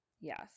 Yes